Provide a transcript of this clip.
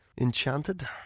enchanted